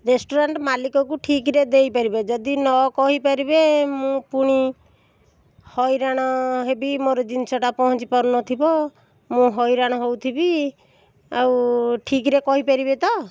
restaurant ମାଲିକକୁ ଠିକରେ ଦେଇପାରିବେ ଯଦି ନ କହିପାରିବେ ମୁଁ ପୁଣି ହଇରାଣ ହେବି ମୋର ଜିନିଷଟା ପହଞ୍ଚି ପାରୁନଥିବ ମୁଁ ହଇରାଣ ହେଉଥିବି ଆଉ ଠିକରେ କହିପାରିବେ ତ